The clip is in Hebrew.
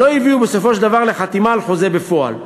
שלא הביאו בסופו של דבר לחתימה על חוזה בפועל.